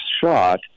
shot